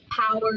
power